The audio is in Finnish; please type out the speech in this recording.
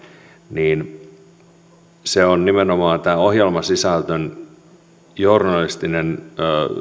niin nimenomaan tämä ohjelmasisällön journalistinen